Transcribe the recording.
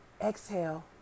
exhale